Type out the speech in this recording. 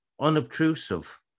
unobtrusive